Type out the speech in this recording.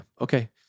okay